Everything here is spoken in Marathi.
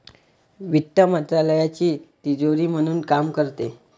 वित्त मंत्रालयाची तिजोरी म्हणून काम करते